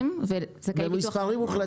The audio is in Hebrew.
בשקלים.